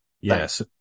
Yes